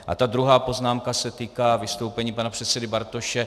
A ta druhá poznámka se týká vystoupení pana předsedy Bartoše.